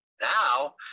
Now